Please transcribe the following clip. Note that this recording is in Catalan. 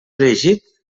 llegit